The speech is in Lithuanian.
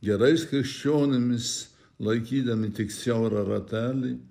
gerais krikščionimis laikydami tik siaurą ratelį